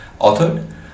authored